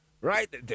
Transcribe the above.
right